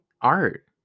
art